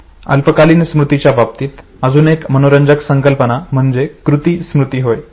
अल्पकालीन स्मृतीच्या बाबतीत अजून एक मनोरंजक संकल्पना म्हणजे कृती स्मरण होय